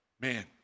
Man